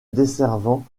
desservant